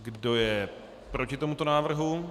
Kdo je proti tomuto návrhu?